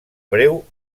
breu